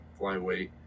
flyweight